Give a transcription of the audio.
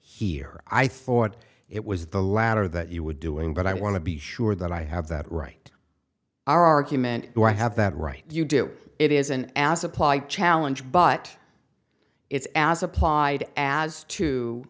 here i thought it was the latter that you were doing but i want to be sure that i have that right argument do i have that right you do it isn't as applied challenge but it's as applied as to